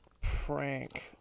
prank